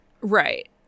right